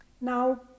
Now